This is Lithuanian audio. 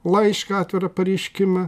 laišką atvirą pareiškimą